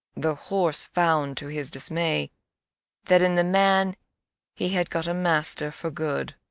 the horse found to his dismay that in the man he had got a master for good.